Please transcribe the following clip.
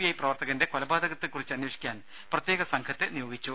I പ്രവർത്തകന്റെ കൊലപാതകത്തെക്കുറിച്ചന്വേഷിക്കാൻ പ്രത്യേക സംഘത്തെ നിയോഗിച്ചു